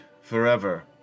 forever